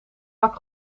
wrak